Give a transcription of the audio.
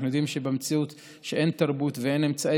אנחנו יודעים שבמציאות שבה אין תרבות ואין אמצעי